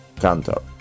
Canto